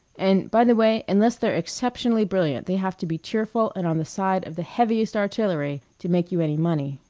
and, by the way, unless they're exceptionally brilliant they have to be cheerful and on the side of the heaviest artillery to make you any money.